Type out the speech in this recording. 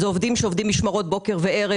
אלה אנשים שעובדים משמרות בוקר וערב,